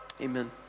amen